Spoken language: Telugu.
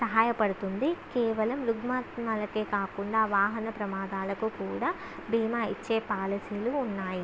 సహాయపడుతుంది కేవలం రుగ్మతలకే కాకుండా వాహన ప్రమాదాలకు కూడా భీమా ఇచ్చే పాలసీలు ఉన్నాయి